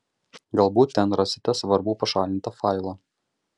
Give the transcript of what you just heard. galbūt ten rasite svarbų pašalintą failą